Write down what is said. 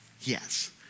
yes